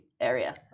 area